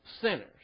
sinners